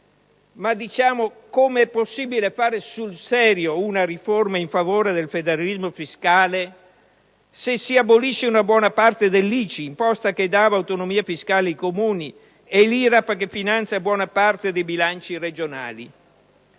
Bene, ma com'è possibile fare sul serio una riforma in favore del federalismo fiscale se si abolisce una buona parte dell'ICI, imposta che dava autonomia fiscale ai Comuni, e l'IRAP, che finanzia buona parte dei bilanci regionali?